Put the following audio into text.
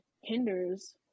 hinders –